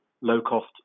low-cost